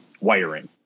wiring